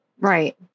Right